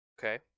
Okay